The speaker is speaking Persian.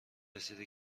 رسیده